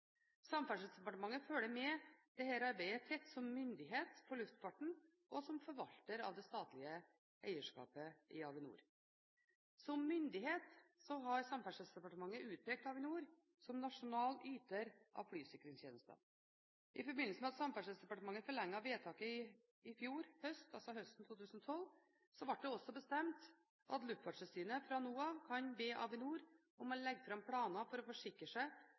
Samferdselsdepartementet følger dette arbeidet tett som myndighet for luftfarten og som forvalter av det statlige eierskapet i Avinor. Som myndighet har Samferdselsdepartementet utpekt Avinor som nasjonal yter av flysikringstjenester. I forbindelse med at Samferdselsdepartementet forlenget vedtaket i fjor høst, altså høsten 2012, ble det også bestemt at Luftfartstilsynet fra nå av kan be Avinor om å legge fram planer for å forsikre seg